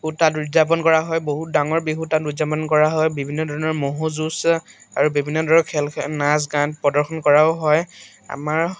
তাত উদযাপন কৰা হয় বহুত ডাঙৰ বিহু তাত উদযাপন কৰা হয় বিভিন্ন ধৰণৰ ম'হো যুঁজ আৰু বিভিন্ন ধৰণৰ খেল নাচ গান প্ৰদৰ্শন কৰাও হয় আমাৰ